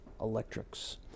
electrics